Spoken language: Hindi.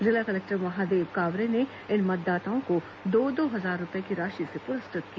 जिला कलेक्टर महादेव कावरे ने इन मतदाताओं को दो दो हजार रूपए की राशि से पुरस्कृत किया